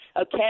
okay